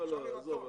לא, לא, עזוב.